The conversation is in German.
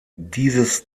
dieses